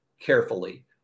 Carefully